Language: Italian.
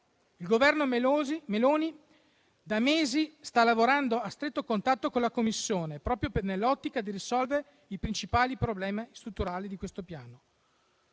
Il Governo Meloni da mesi sta lavorando a stretto contatto con la Commissione, proprio nell'ottica di risolvere i principali problemi strutturali di questo Piano.